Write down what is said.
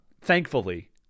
thankfully